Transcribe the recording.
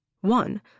One